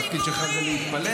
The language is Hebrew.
התפקיד שלך זה להתפלל,